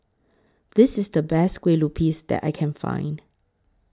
This IS The Best Kue Lupis that I Can Find